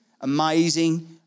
amazing